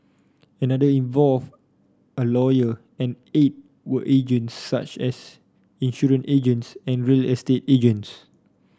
another involved a lawyer and eight were agents such as insurance agents and real estate agents